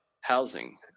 housing